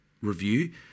review